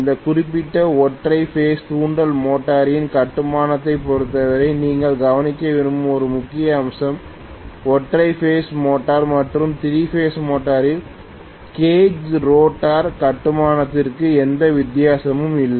இந்த குறிப்பிட்ட ஒற்றை பேஸ் தூண்டல் மோட்டாரின் கட்டுமானத்தைப் பொருத்தவரை நீங்கள் கவனிக்க விரும்பும் ஒரு முக்கிய அம்சம் ஒற்றை பேஸ் மோட்டார் மற்றும் 3 பேஸ் மோட்டரின் கேஜ் ரோட்டார் கட்டுமானத்திற்கும் எந்த வித்தியாசமும் இல்லை